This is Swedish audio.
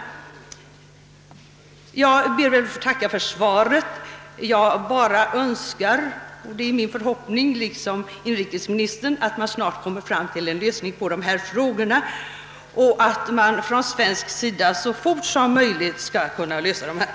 Jag ber att än en gång få tacka för svaret. Det är nu både min och inrikesministerns förhoppning att vi snart kommer fram till en lösning på dessa frågor för Sveriges del.